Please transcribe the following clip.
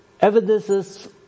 evidences